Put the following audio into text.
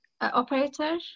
operator